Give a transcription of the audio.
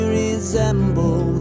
resemble